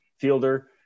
fielder